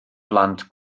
blant